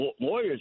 lawyers